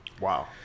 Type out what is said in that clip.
Wow